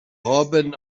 haben